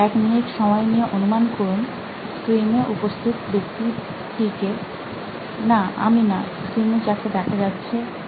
এক মিনিট সময় নিয়ে অনুমান করুন স্ক্রিনে উপস্থিত ব্যক্তিটি কে না আমি না স্ক্রিনে যাকে দেখা যাচ্ছে তিনি